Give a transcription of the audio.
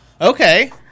okay